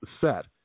set